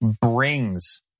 brings